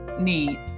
need